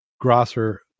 Grosser